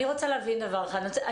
אני רוצה להבין דבר אחד.